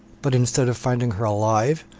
but instead of finding her alive,